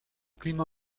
clima